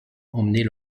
emmener